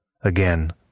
Again